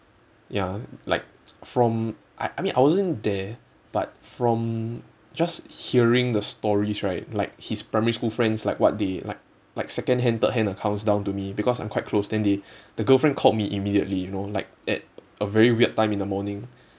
ya like from I I mean I wasn't there but from just hearing the stories right like his primary school friends like what they like like second hand third hand accounts down to me because I'm quite close then they the girlfriend called me immediately you know like at a very weird time in the morning